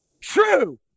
true